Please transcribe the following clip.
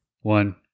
one